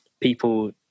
people